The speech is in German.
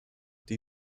die